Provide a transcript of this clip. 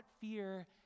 fear